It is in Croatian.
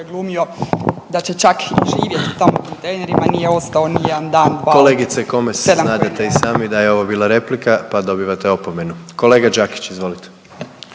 glumio da će čak živjeti tamo u kontejnerima nije ostao ni jedan dan. **Jandroković, Gordan (HDZ)** Kolegice Komes znadete i sami da je ovo bila replika, pa dobivate opomenu. Kolega Đakić, izvolite.